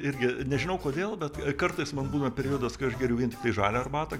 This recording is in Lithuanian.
irgi nežinau kodėl bet kartais man būna periodas kai aš geriu vien tiktai žalią arbatą